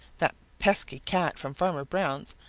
that pesky cat from farmer brown's,